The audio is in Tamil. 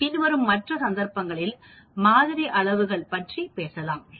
நாம் பின்வரும் மற்ற சந்தர்ப்பங்களில் மாதிரி அளவுகள் பற்றி பேசலாம்